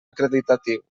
acreditatiu